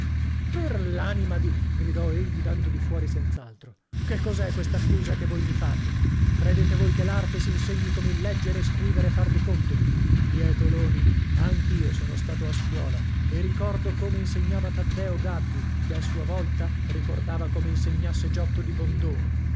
per l'anima di gridò egli dando di fuori senz'altro che cos'è quest'accusa che voi mi fate credete voi che l'arte s'insegni come il leggere scrivere e far di conto bietoloni anch'io sono stato a scuola e ricordo come insegnava taddeo gaddi che a sua volta ricordava come insegnasse giotto di bondone